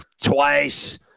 twice